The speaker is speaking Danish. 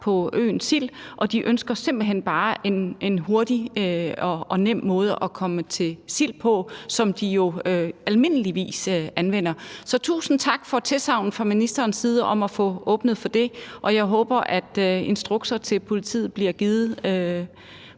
på øen Sild, og de ønsker simpelt hen bare en hurtig og nem måde at komme til Sild på, som de jo almindeligvis anvender. Så tusind tak for tilsagnet fra ministerens side om at få åbnet for det, og jeg håber, at instrukser til politiet bliver givet